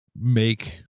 make